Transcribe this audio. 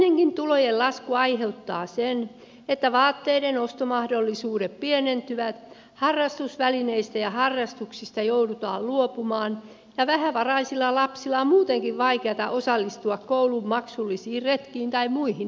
vähäinenkin tulojen lasku aiheuttaa sen että vaatteiden ostomahdollisuudet pienentyvät ja harrastusvälineistä ja harrastuksista joudutaan luopumaan ja vähävaraisilla lapsilla on muutenkin vaikeata osallistua koulun maksullisiin retkiin tai muihin tilaisuuksiin